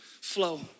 flow